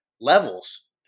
levels